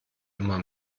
immer